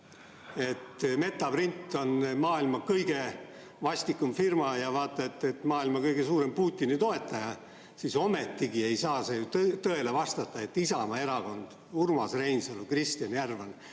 et Metaprint on maailma kõige vastikum firma ja vaata, et maailma kõige suurem Putini toetaja, siis ometigi ei saa see ju tõele vastata, et Isamaa Erakonnast Urmas Reinsalu ja Kristjan Järvan